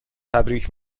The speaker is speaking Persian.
تبریک